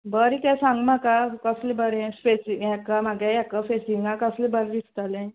बरें तें सांग म्हाका कसलें बरें फेसी हाका म्हागे हाका फेसिंगा कसलें बरें दिसतलें